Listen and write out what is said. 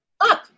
Up